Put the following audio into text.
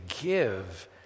give